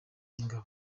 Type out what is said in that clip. y’ingabo